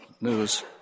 News